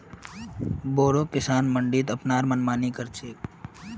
बोरो किसान मंडीत अपनार मनमानी कर छेक